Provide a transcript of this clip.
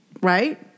right